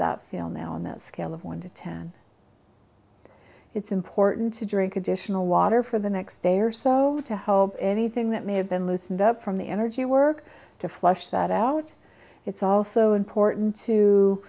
that feel now on that scale of one to ten it's important to drink additional water for the next day or so to help anything that may have been loosened up from the energy work to flush that out it's also important to